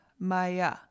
Maya